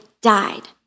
died